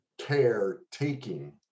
caretaking